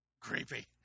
creepy